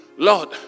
Lord